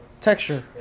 texture